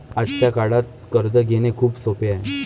आजच्या काळात कर्ज घेणे खूप सोपे आहे